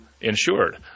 insured